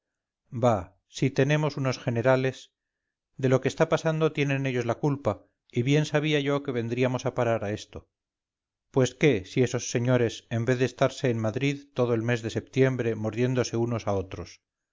bah si tenemos unos generales de lo que está pasando tienen ellos la culpa y bien sabía yo que vendríamos a parar a esto pues qué si esos señores en vez de estarse en madrid todo el mes de setiembre mordiéndose unos a otros